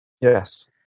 Yes